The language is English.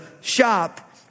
shop